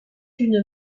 une